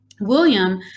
William